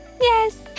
Yes